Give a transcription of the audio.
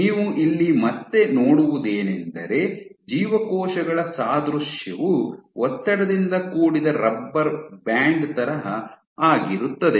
ನೀವು ಇಲ್ಲಿ ಮತ್ತೆ ನೋಡುವುದೇನೆಂದರೆ ಜೀವಕೋಶಗಳ ಸಾದೃಶ್ಯವು ಒತ್ತಡದಿಂದ ಕೂಡಿದ ರಬ್ಬರ್ ಬ್ಯಾಂಡ್ ತರಹ ಆಗಿರುತ್ತದೆ